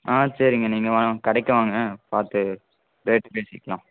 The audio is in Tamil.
ஆ சரிங்க நீங்கள் வாங்க கடைக்கு வாங்க பார்த்து ரேட் பேசிக்கலாம்